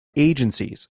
agencies